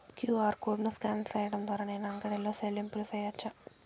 QR code scan సేయడం ద్వారా నేను అంగడి లో చెల్లింపులు సేయొచ్చా?